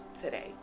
today